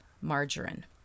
margarine